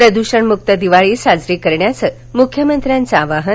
प्रद्षणमक्त दिवाळी साजरी करण्याचं मुख्यमंत्र्यांच आवाहन